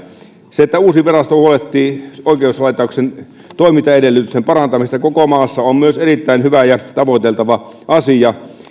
se että uusi virasto huolehtii oikeuslaitoksen toimintaedellytysten parantamisesta koko maassa on myös erittäin hyvä ja tavoiteltava asia